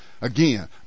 again